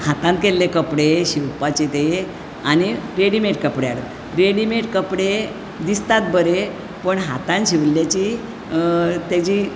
हातान केल्ले कपडे शिंवपाचे ते आनी रेडिमेड कपडयार रेडिमेट कपडे दिसतात बरे पूण हातान शिंवील्ल्याची तेजी